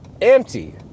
empty